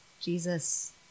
Jesus